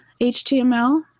HTML